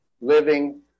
living